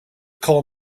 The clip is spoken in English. call